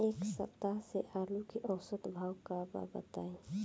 एक सप्ताह से आलू के औसत भाव का बा बताई?